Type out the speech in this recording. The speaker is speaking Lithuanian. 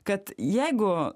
kad jeigu